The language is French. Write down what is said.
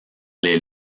les